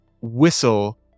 whistle